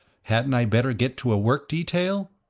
hadn't i better get to a work detail?